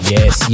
Yes